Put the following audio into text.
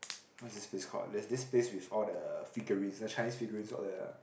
what's this place called there's this place with all the figurines the Chinese figurines all the